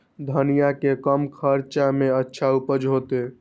धनिया के कम खर्चा में अच्छा उपज होते?